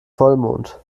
vollmond